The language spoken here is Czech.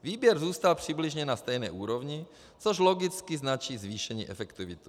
Výběr zůstal přibližně na stejné úrovni, což logicky značí zvýšení efektivity.